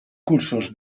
cursos